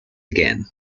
again